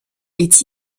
est